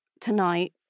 tonight